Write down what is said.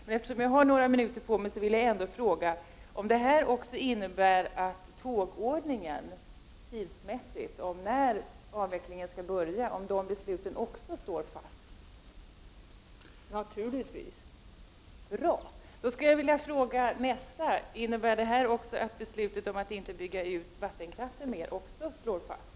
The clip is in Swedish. Men eftersom jag har några minuter på mig vill jag ändå fråga om det här också innebär att beslutet om tågordningen tidsmässigt när det gäller påbörjandet av avvecklingen står fast.